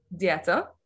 Dieta